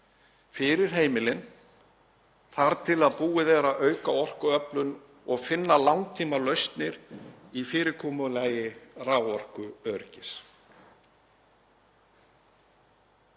fyrir heimilin þar til búið er að auka orkuöflun og finna langtímalausnir í fyrirkomulagi raforkuöryggis.